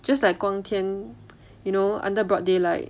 just like 光天 you know under broad daylight